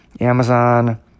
Amazon